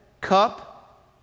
cup